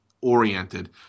oriented